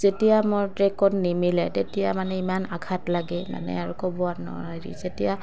যেতিয়া মোৰ ট্ৰেকত নিমিলে তেতিয়া মানে ইমান আঘাত লাগে মানে আৰু ক'বও নোৱাৰি যেতিয়া